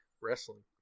Wrestling